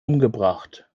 umgebracht